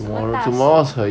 什么大席